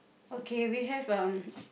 okay we have um